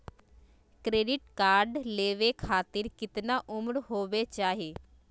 Credit card लेवे खातीर कतना उम्र होवे चाही?